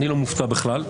אני לא מופתע בכלל,